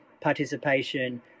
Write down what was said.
participation